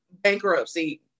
bankruptcy